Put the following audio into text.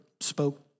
spoke